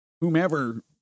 whomever